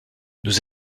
nous